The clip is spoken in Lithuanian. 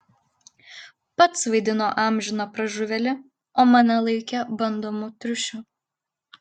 pats vaidino amžiną pražuvėlį o mane laikė bandomu triušiu